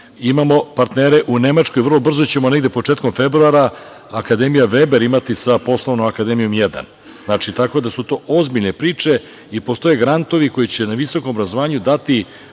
Imamo partnere u Nemačkoj, a vrlo brzo ćemo, negde početkom februara, akademija Veber imati sa Poslovnom akademijom 1. Znači, tako da su to ozbiljne priče i postoje grantovi koji će na visokom obrazovanju dati